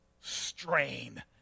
strain